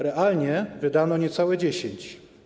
Realnie wydano niecałe 10.